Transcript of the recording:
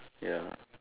ya